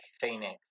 Phoenix